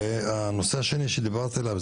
הנושא השני שדיברתי עליו,